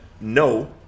no